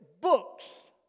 books